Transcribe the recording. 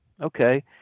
Okay